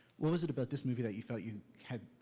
what was it about this movie that you felt you had.